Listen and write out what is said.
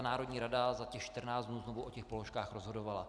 Národní rada za těch 14 dnů znovu o těch položkách rozhodovala.